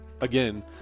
again